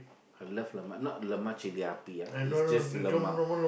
I love lemak not lemak-chili-api ah it's just lemak